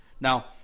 Now